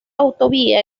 autovía